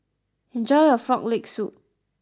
enjoy your Frog Leg Soup